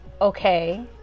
Okay